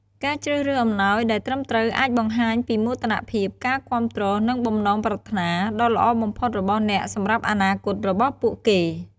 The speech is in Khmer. ការជ្រើសរើសអំណោយដែលត្រឹមត្រូវអាចបង្ហាញពីមោទនភាព ការគាំទ្រ និងបំណងប្រាថ្នាដ៏ល្អបំផុតរបស់អ្នកសម្រាប់អនាគតរបស់ពួកគេ។